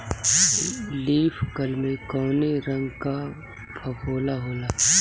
Leaf curl में कौने रंग का फफोला होला?